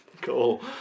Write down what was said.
Cool